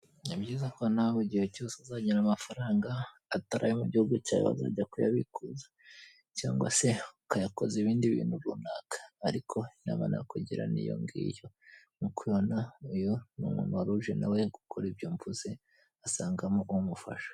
Ni byiza ko nawe igihe cyose uzagira amafaranga atari ayo mu gihugu cyawe wazajya kuyabikuza cyangwa se ukayakoza ibindi bintu runaka, ariko inama nakugira ni iyo ngiyo nk'uko ubibona uyu ni umuntu wari uje nawe gukora ibyo mvuze asangamo umufasha.